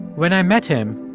when i met him,